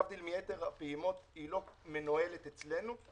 להבדיל מיתר הפעימות, לא מנוהלת אצלנו.